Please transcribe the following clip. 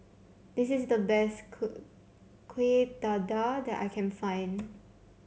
this is the best Kuih Dadar that I can find